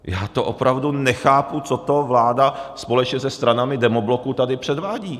Já to opravdu nechápu, co to vláda společně se stranami Demobloku tady předvádí!